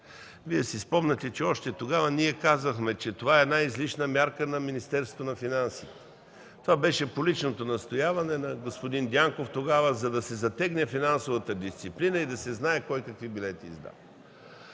Вие си спомняте, че тогава ние казвахме, че това е излишна мярка на Министерството на финансите. Това беше по личното настояване на господин Дянков, за да се затегне финансовата дисциплина и да се знае кой какви билети издава.